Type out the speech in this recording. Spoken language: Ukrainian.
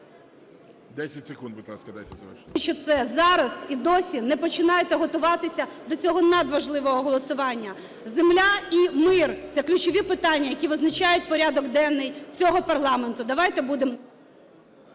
Десять секунд, будь ласка, дайте